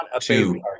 two